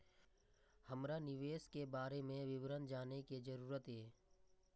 हमरा निवेश के बारे में विवरण जानय के जरुरत ये?